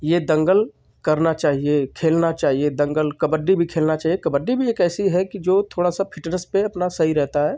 यह दंगल करना चाहिए खेलना चाहिए दंगल कबड्डी भी खेलनी चाहिए कबड्डी भी एक ऐसी है कि जो थोड़ा सा फ़िटनेस पर अपना सही रहता है